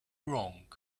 wrong